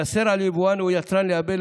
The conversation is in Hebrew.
ייאסר על יבואן או יצרן לייבא,